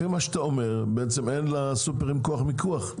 לפי מה שאתה אומר, בעצם אין לסופרים כוח מיקוח.